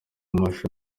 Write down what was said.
amashusho